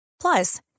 Plus